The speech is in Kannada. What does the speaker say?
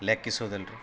ಲೆಕ್ಕಿಸುದಿಲ್ಲ ರೀ